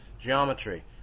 geometry